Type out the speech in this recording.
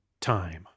time